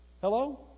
Hello